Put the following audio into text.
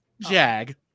Jag